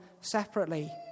separately